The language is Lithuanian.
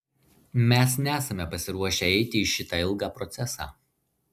mes nesame pasiruošę eiti į šitą ilgą procesą